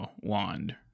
wand